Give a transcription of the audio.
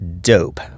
dope